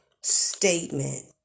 statement